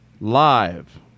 Live